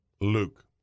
Luke